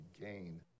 gain